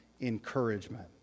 encouragement